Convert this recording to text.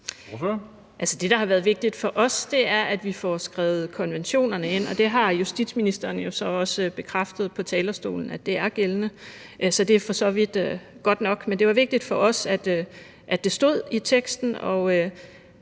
Det, der har været vigtigt for os, er, at vi får skrevet konventionerne ind, og det har justitsministeren jo så også bekræftet på talerstolen er gældende. Så det er for så vidt godt nok, men det var vigtigt for os, at det stod i teksten.